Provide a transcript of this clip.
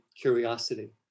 curiosity